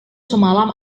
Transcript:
semalam